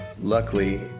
Luckily